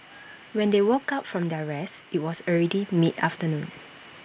when they woke up from their rest IT was already mid afternoon